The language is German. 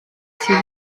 sie